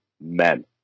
Men